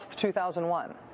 2001